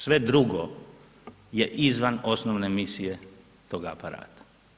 Sve drugo je izvan osnovne misije tog aparata.